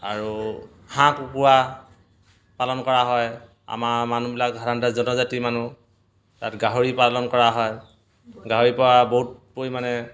আৰু হাঁহ কুকুৰা পালন কৰা হয় আমাৰ মানুহবিলাক সাধাৰণতে জনজাতিৰ মানুহ তাত গাহৰি পালন কৰা হয় গাহৰি পৰা বহুত পৰিমাণে